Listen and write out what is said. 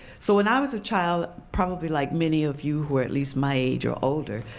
so when i was a child, probably like many of you, who are at least my age or older,